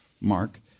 Mark